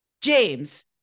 James